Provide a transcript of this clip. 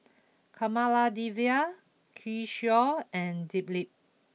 Kamaladevi Kishore and Dilip